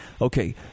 okay